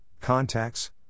contacts